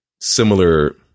similar